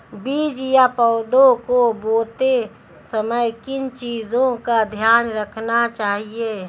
बीज या पौधे को बोते समय किन चीज़ों का ध्यान रखना चाहिए?